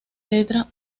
letra